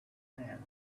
commands